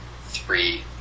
three